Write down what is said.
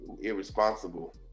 irresponsible